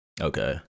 Okay